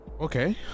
Okay